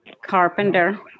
Carpenter